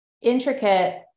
intricate